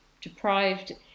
deprived